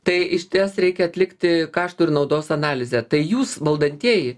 tai išties reikia atlikti kaštų ir naudos analizę tai jūs valdantieji